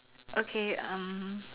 okay um